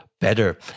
better